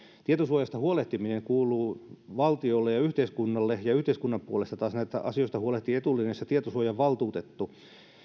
tietosuojasta huolehtiminen kuuluu valtiolle ja yhteiskunnalle ja yhteiskunnan puolesta taas näistä asioista huolehtii etulinjassa tietosuojavaltuutettu